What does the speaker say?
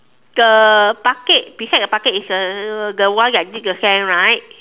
the bucket beside the bucket is the the one that dig the sand right